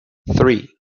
three